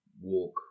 walk